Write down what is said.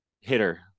hitter